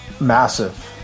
Massive